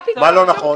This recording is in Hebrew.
מה פתאום.